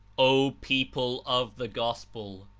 o people of the gospel!